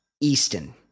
Easton